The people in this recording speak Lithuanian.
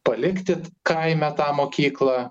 palikti kaime tą mokyklą